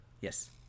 Yes